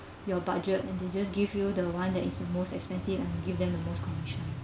your budget and they just give you the one that is the most expensive and give them the most commission